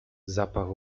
zapach